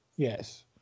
Yes